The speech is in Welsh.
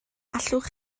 allwch